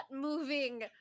moving